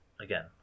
again